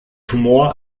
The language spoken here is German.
humor